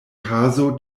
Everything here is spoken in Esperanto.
kazo